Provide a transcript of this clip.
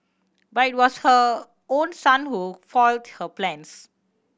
but it was her own son who foiled her plans